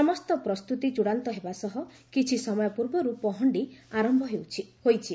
ସମସ୍ତ ପ୍ରସ୍ତୁତି ଚୂଡ଼ାନ୍ତ ହେବା ସହ କିଛି ସମୟ ପୂର୍ବରୁ ପହଣ୍ଡି ଆରମ୍ଭ ହୋଇଛି